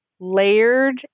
layered